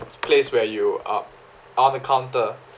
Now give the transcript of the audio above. place where you uh on the counter